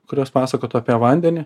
kurios pasakotų apie vandenį